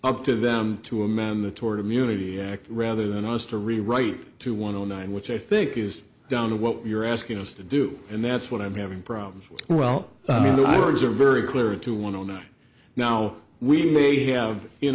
up to them to amend the toward immunity act rather than us to rewrite two one zero nine which i think is down to what you're asking us to do and that's what i'm having problems with well the words are very clear to one on one now we may have in